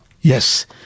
yes